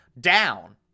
down